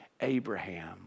Abraham